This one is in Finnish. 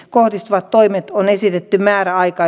kohdistuvat toimet on esitetty määräaika